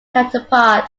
counterpart